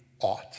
ought